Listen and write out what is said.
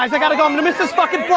i gotta go i'm gonna miss this fucking